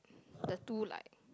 the two like